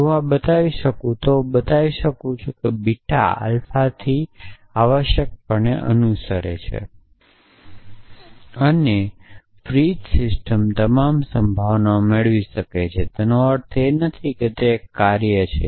જો હું આ બતાવી શકું છું તો હું બતાવી શકું છું કે બીટા આલ્ફાથી આવશ્યકપણે અનુસરે છે અને ફ્રીજ સિસ્ટમ તમામ સંભાવનાઓ મેળવી શકે છે તેનો અર્થ એ નથી કે તે એક કાર્ય છે